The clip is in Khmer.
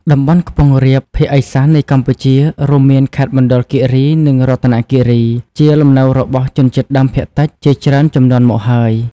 តំបន់ខ្ពង់រាប ភាគឦសាននៃកម្ពុជា រួមមានខេត្តមណ្ឌលគិរី និងរតនគិរី ជាលំនៅរបស់ ជនជាតិដើមភាគតិច ជាច្រើនជំនាន់មកហើយ។